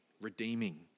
redeeming